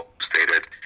stated